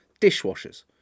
dishwashers